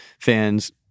fans